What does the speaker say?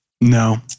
no